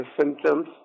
symptoms